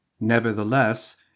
Nevertheless